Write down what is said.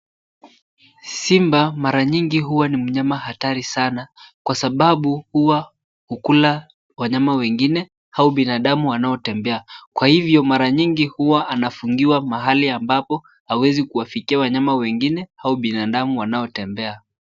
Simba mara nyingi huwa mnyama hatari sana kwa sababu huwa hukula wanyama wengine au binadamu wanaotembea kwa hivyo mara nyingi hua nafungiwa mahali ambapo hawezi kuwafikia wanayma wengine au binadamu wanaotembea.